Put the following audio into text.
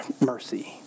mercy